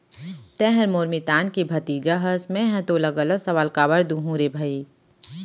तैंहर मोर मितान के भतीजा हस मैंहर तोला गलत सलाव काबर दुहूँ रे भई